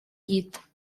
llit